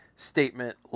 statement